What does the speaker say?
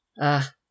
Ah